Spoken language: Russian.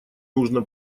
нужно